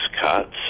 cuts